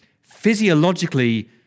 physiologically